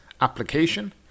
application